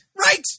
Right